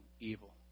evil